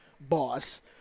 boss